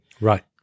Right